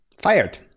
fired